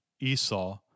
Esau